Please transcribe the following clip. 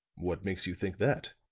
what makes you think that?